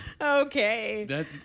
Okay